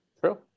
True